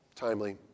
timely